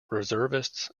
reservists